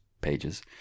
pages